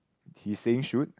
he's saying shoot